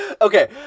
Okay